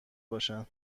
باشن